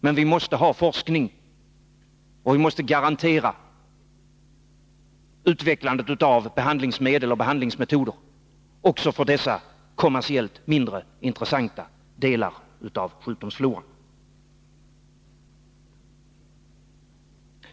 Men vi måste ha forskning, och vi måste garantera utvecklandet av behandlingsmedel och behandlingsmetoder också för dessa kommersiellt mindre intressanta delar av sjukdomsfloran.